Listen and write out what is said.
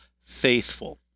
faithful